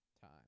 time